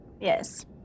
Yes